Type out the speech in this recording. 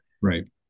Right